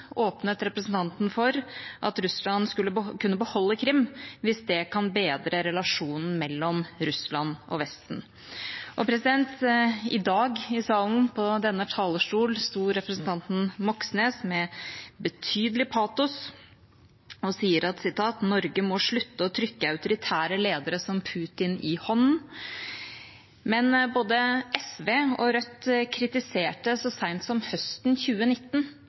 åpnet representanten for at Russland skulle kunne beholde Krim hvis det kunne bedre relasjonen mellom Russland og Vesten. I salen i dag, på denne talerstolen, sto representanten Moxnes med betydelig patos og sa at Norge må slutte å trykke autoritære ledere, som Putin, i hånden. Men både SV og Rødt kritiserte så sent som høsten 2019